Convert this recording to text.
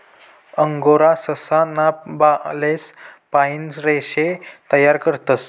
angora ससा ना बालेस पाइन रेशे तयार करतस